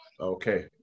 Okay